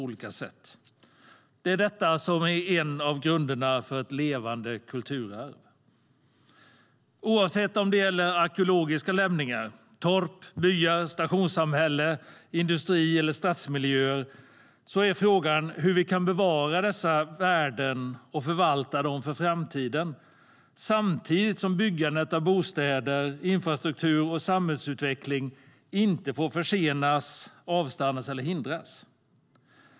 Det är detta som är en av grunderna för ett levande kulturarv. Oavsett om det gäller arkeologiska lämningar, torp, byar, stationssamhällen, industri eller stadsmiljöer är frågan hur vi kan bevara dessa värden och förvalta dem för framtiden, samtidigt som byggandet av bostäder, infrastruktur och samhällsutveckling inte får försenas, avstannas eller hindras.